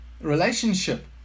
relationship